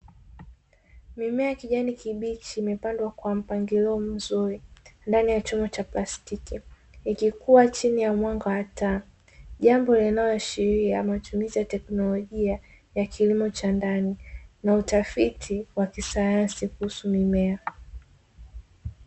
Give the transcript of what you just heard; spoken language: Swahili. Mimea ya kijani kibichi imepandwa kwa mpangilio mzuri ndani ya chombo cha plastiki ikikua chini ya mwanga wa taa, jambo linaloashiria matumizi ya teknolojia ya kilimo cha ndani na utafiti wa kisayansi kuhusu mimea.